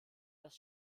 das